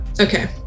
Okay